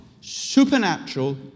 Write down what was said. supernatural